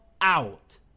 out